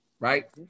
right